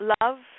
love